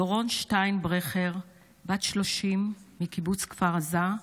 דורון שטיינברכר, בת 30 מקיבוץ כפר עזה,